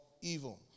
evil